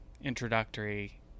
introductory